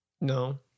No